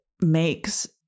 makes